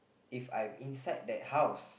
if I'm inside that house